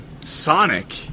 Sonic